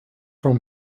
from